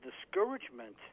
discouragement